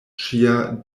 ŝia